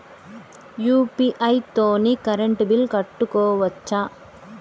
UPI తోని current bill కట్టుకోవచ్ఛా?